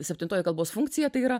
septintoji kalbos funkcija tai yra